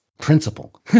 principle